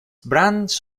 brands